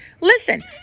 Listen